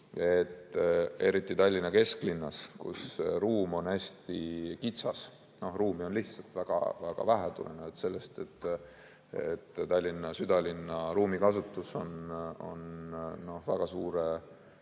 eriti Tallinna kesklinnas, kus ruum on hästi kitsas, ruumi on lihtsalt väga vähe tulenevalt sellest, et Tallinna südalinna ruumikasutus on väga suure